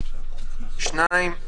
שנית,